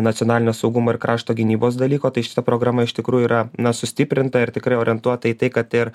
nacionalinio saugumo ir krašto gynybos dalyko tai šita programa iš tikrųjų yra na sustiprinta ir tikrai orientuota į tai kad ir